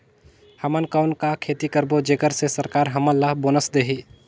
हमन कौन का खेती करबो जेकर से सरकार हमन ला बोनस देही?